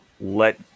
let